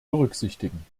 berücksichtigen